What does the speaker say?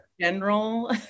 general